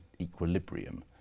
equilibrium